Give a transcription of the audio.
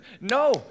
No